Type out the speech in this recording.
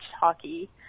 hockey